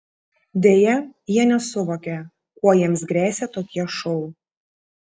deja jie nesuvokia kuo jiems gresia tokie šou